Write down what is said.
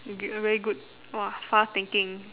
you'll be a very good !wah! far thinking